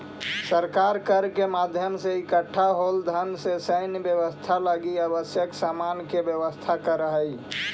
सरकार कर के माध्यम से इकट्ठा होल धन से सैन्य व्यवस्था लगी आवश्यक सामान के व्यवस्था करऽ हई